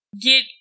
get